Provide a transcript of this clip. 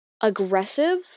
aggressive